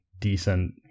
decent